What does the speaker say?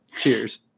cheers